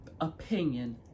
opinion